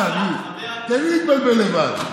תן להתבלבל לבד.